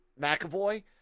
McAvoy